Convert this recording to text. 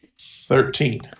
Thirteen